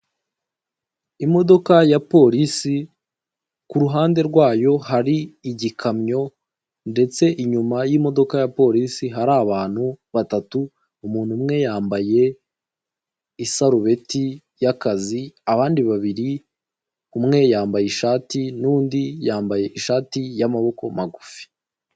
Imodoka ya polisi kuruhande rwayo hari igikamyo ndetse inyuma y'imodoka ya polisi hari abantu batatu. Umuntu umwe yambaye isarubeti y'akazi, abandi babiri umwe yambaye ishati nundi yambaye ishati y'amaboko magufi.